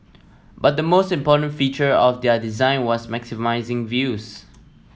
but the most important feature of their design was maximising views